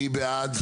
מי בעד?